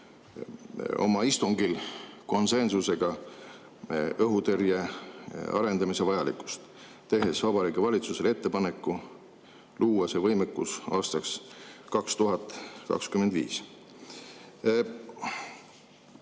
oma istungil konsensusega õhutõrje arendamise vajalikkust, tehes Vabariigi Valitsusele ettepaneku luua see võimekus aastaks 2025.